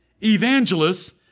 evangelists